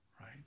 right